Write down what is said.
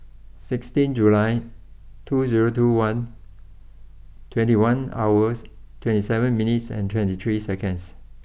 sixteen July two zero two one twenty one hours twenty seven minutes and twenty three seconds